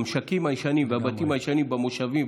המשקים הישנים והבתים הישנים במושבים,